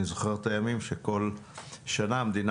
אני זוכר את הימים שבכל שנה המדינה